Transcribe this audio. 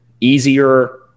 easier